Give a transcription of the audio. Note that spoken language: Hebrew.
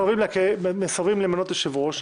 מסרבים למנות יושב-ראש,